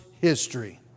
history